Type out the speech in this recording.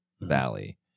valley